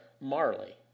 Marley